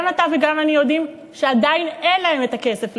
גם אתה וגם אני יודעים שעדיין אין להם הכסף לשלם.